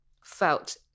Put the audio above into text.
felt